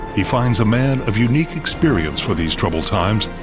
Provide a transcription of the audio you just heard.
he finds a man of unique experience for these troubled times.